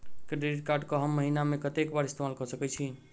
Credit card कऽ हम महीना मे कत्तेक बेर इस्तेमाल कऽ सकय छी?